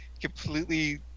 completely